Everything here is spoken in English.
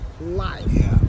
life